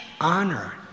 honor